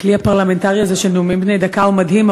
הכלי הפרלמנטרי הזה של נאומים בני דקה הוא מדהים,